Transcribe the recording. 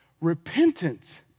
Repentance